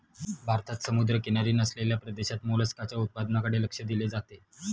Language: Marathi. भारतात समुद्रकिनारी नसलेल्या प्रदेशात मोलस्काच्या उत्पादनाकडे लक्ष दिले जाते